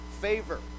favor